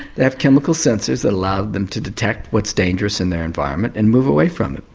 they have chemical sensors that allow them to detect what's dangerous in their environment and move away from it.